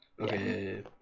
Okay